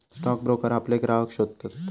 stock broker आपले ग्राहक शोधतत